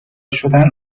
شدن